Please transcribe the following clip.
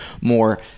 more